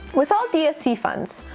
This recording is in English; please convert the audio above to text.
with all dsc funds,